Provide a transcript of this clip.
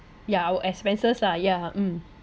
ya our expenses lah yeah mm